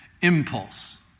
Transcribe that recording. impulse